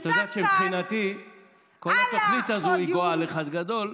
את יודעת שמבחינתי כל התוכנית הזו היא גועל אחד גדול,